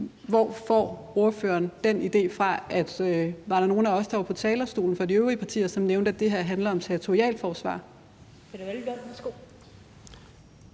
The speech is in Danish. Hvor får ordføreren den idé fra, for var der nogen af os fra de øvrige partier, der var på talerstolen, og som nævnte, at det her handler om territorialforsvar?